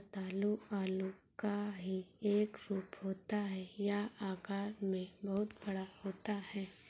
रतालू आलू का ही एक रूप होता है यह आकार में बहुत बड़ा होता है